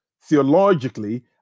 theologically